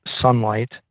sunlight